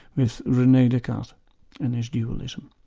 with rene descartes and his dualism.